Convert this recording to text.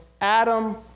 Adam